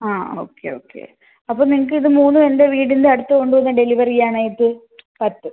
ആ okay okay അപ്പോൾ നിങ്ങൾക്ക് ഇത് മൂന്നും എൻ്റെ വീടിൻ്റെ അടുത്ത് കൊണ്ട് വന്ന് ഡെലിവർ ചെയ്യാനായിട്ട് പറ്റും